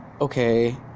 okay